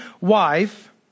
wife